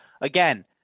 again